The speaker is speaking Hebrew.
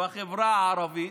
בחברה הערבית.